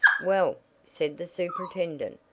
well, said the superintendent,